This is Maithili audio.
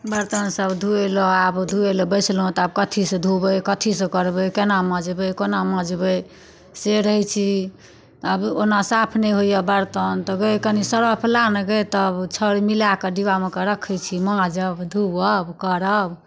बरतन सभ धोअय लेल आब धोअय लेल बैसलहुँ तऽ आब कथीसँ धोबै कथीसँ करबै केना मँजबै कोना मँजबै से रहैत छी आब ओना साफ नहि होइए बरतन तऽ गै सरफ ला ने गै तब छाउर मिलाए कऽ डिब्बामे के रखैत छी माँजब धोअब करब